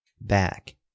Back